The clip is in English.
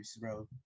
bro